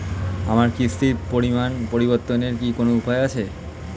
আমার কিস্তির পরিমাণ পরিবর্তনের কি কোনো উপায় আছে?